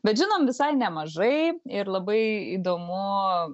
bet žinom visai nemažai ir labai įdomu